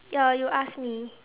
ya you ask me